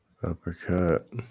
Uppercut